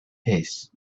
peace